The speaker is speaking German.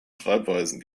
schreibweisen